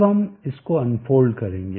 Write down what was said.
अब हम इसको अनफोल्ड करेंगे